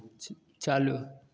चालू